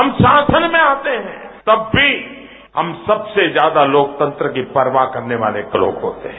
हम शासन में आते हैं तब भी हम सबसे ज्यादा लोकतंत्र की परवाह करने वाले लोग होते हैं